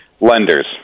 Lenders